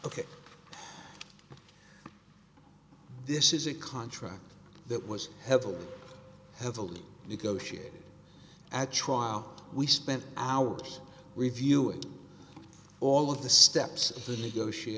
k this is a contract that was heavily heavily negotiated at trial we spent hours reviewing all of the steps of the